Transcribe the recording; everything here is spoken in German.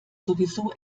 sowieso